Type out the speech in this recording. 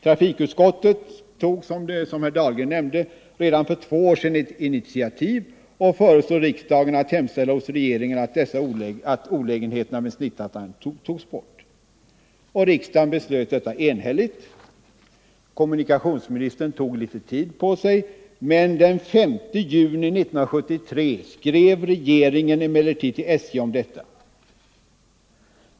Trafikutskottet tog, som herr Dahlgren nämnde, redan för två år sedan ett initiativ och föreslog riksdagen att hemställa hos regeringen att olägenheterna med snittaxan togs bort. Riksdagen beslöt detta enhälligt. Kommunikationsministern tog litet tid på sig, men den 5 juni 1973 skrev regeringen till SJ om detta.